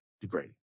degrading